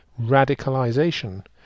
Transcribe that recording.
radicalisation